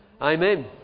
Amen